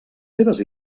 seves